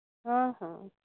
ହଁ ହଁ